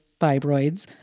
fibroids